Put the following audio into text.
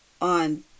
on